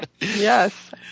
Yes